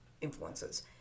influences